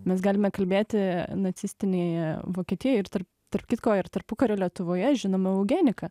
mes galime kalbėti nacistinėje vokietijoj ir tarp tarp kitko ir tarpukario lietuvoje žinoma eugenika